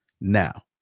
Now